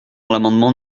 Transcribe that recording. l’amendement